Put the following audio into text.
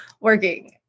working